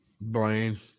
blaine